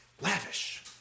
lavish